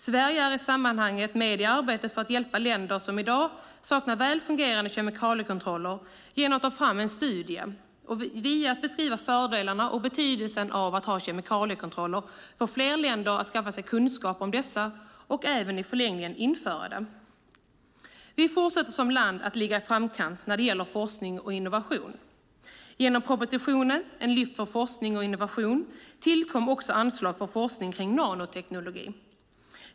Sverige är i sammanhanget med i arbetet för att hjälpa länder som i dag saknar väl fungerande kemikaliekontroller genom att ta fram en studie som via att beskriva fördelarna och betydelsen av kemikaliekontroller ska få fler länder att skaffa sig kunskaper om kemikaliekontroll och i förlängningen även införa det. Vi fortsätter som land att ligga i framkant när det gäller forskning och innovation. Genom propositionen Ett lyft för forskning och innovation tillkom också anslag för forskning kring nanoteknologi.